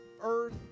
earth